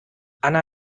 anna